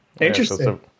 Interesting